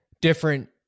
different